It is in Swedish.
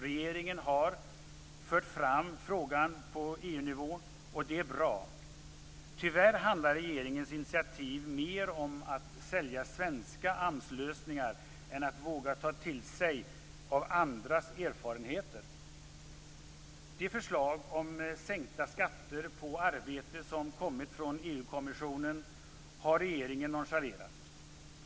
Regeringen har fört fram frågan på EU nivå och det är bra. Tyvärr handlar regeringens initiativ mer om att sälja svenska AMS-lösningar än om att våga ta till sig av andras erfarenheter. De förslag om sänkta skatter på arbete som kommit från EU kommissionen har regeringen nonchalerat.